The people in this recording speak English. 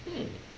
mm